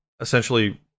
essentially